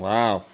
Wow